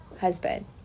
husband